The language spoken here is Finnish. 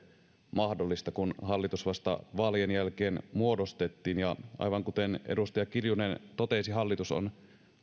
mahdollista kun hallitus vasta vaalien jälkeen muodostettiin ja aivan kuten edustaja kiljunen totesi hallitus on